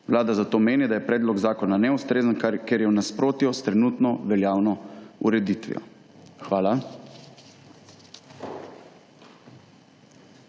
Vlada zato meni, da je predlog zakona neustrezen, ker je v nasprotju s trenutno veljavno ureditvijo. Hvala.